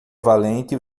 valente